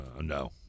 No